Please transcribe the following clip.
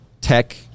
tech